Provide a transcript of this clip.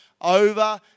over